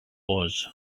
was